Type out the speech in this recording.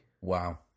Wow